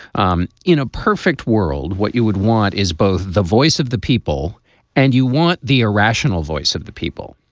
um in a perfect world, what you would want is both the voice of the people and you want the irrational voice of the people.